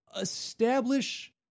establish